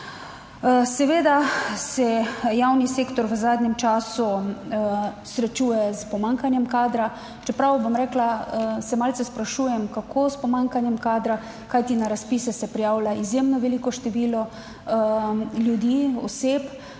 Seveda se javni sektor v zadnjem času srečuje s pomanjkanjem kadra, čeprav bom rekla, se malce sprašujem, kako s pomanjkanjem kadra, kajti na razpise se prijavlja izjemno veliko število ljudi, oseb?